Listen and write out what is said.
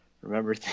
remember